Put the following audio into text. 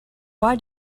why